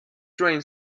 train